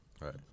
Right